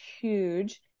huge